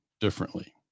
differently